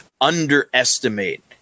underestimate